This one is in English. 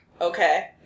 Okay